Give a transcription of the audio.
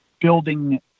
building